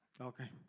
Okay